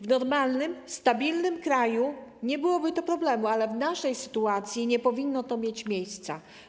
W normalnym, stabilnym kraju nie byłoby to problemem, ale w naszej sytuacji nie powinno to mieć miejsca.